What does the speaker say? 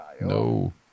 No